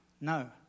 no